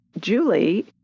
Julie